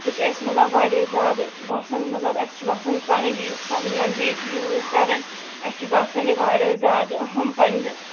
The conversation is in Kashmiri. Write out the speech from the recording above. سُہ چھُ اَسہِ مطلب واریاہ زیادٕ باسان مطلب اَسہِ چھُ باسان پَنٕنۍ ییٚلہِ أسۍ پَنٕنۍ لنٛگویج چھِ یوٗز کَران اَسہِ چھُ باسان یہِ واریاہ زیادٕ اہم پنٛنہِ